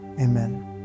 amen